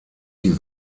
die